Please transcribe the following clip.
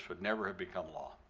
would never have become law.